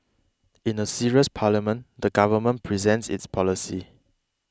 in a serious parliament the government presents its policies